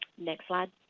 next slide.